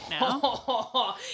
now